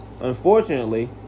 Unfortunately